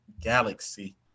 galaxy